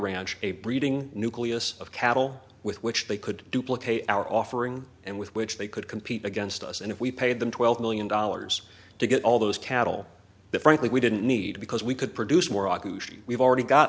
ranch a breeding nucleus of cattle with which they could duplicate our offering and with which they could compete against us and if we paid them twelve million dollars to get all those cattle that frankly we didn't need because we could produce more we've already got